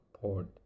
port